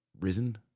risen